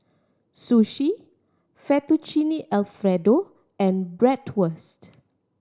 Sushi Fettuccine Alfredo and Bratwurst